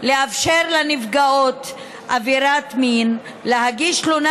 לאפשר לנפגעות עבירת מין להגיש תלונה